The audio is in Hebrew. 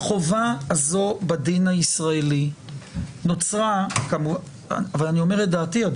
אני אומר את דעתי.